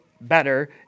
better